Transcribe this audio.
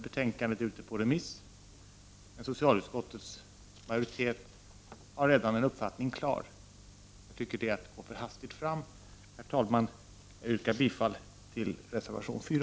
Betänkandet är ute på remiss, men socialutskottets majoritet har redan en uppfattning klar. Jag tycker att detta är att gå för hastigt fram. Herr talman! Jag yrkar bifall till reservation 4.